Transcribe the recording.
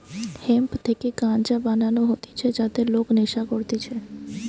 hemp থেকে গাঞ্জা বানানো হতিছে যাতে লোক নেশা করতিছে